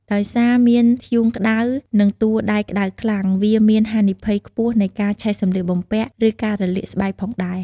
ដោយសារមានធ្យូងក្តៅ និងតួដែកក្តៅខ្លាំង វាមានហានិភ័យខ្ពស់នៃការឆេះសម្លៀកបំពាក់ ឬការរលាកស្បែកផងដែរ។